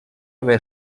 haver